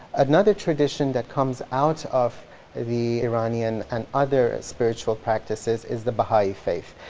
another tradition that comes out of the iranian and other ah spiritual practices is the bahai' faith.